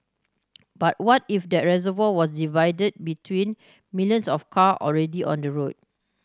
but what if that reservoir was divided between millions of car already on the road